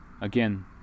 again